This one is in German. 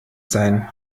sein